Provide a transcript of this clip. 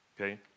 Okay